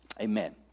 Amen